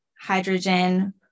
hydrogen